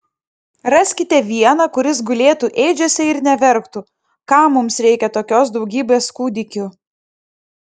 raskite vieną kuris gulėtų ėdžiose ir neverktų kam mums reikia tokios daugybės kūdikių